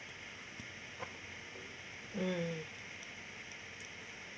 mm